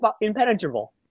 impenetrable